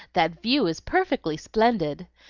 that view is perfectly splendid!